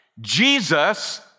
Jesus